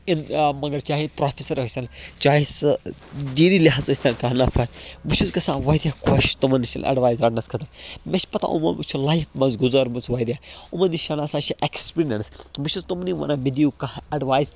in مگر چاہے professor ٲسِنۍ چاہے سُہ دیٖنی لِحاظٕ ٲسۍتن کانٛہہ نَفر بہٕ چھُس گژھان واریاہ خۄش تِمَن نِش اٮ۪ڈوایس رَٹنس خٲطر مےٚ چھِ پَتہ یِمو چھِ لایف منٛز گُزٲرمٕژ واریاہ یِمَن نِش ہنا چھِ اٮ۪کٕپیٖرینٕس بہٕ چھُس تُمنٕے وَنان مےٚ دِیِو کانٛہہ اٮ۪ڈوایز